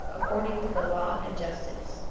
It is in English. according to the law and justice.